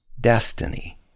Destiny